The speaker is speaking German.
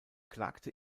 klagte